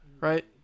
right